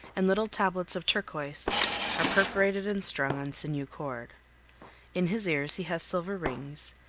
and little tablets of turkis are perforated and strung on sinew cord in his ears he has silver rings,